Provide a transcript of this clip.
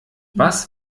was